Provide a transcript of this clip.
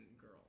girl